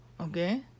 okay